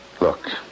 Look